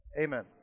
Amen